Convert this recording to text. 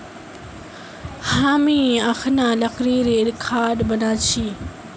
हामी अखना लकड़ीर खाट बना छि